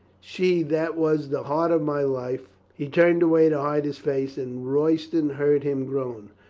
she that was the heart of my life he turned away to hide his face and royston heard him groan.